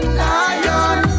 lion